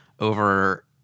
over